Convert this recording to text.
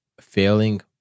failing